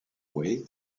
way